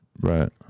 Right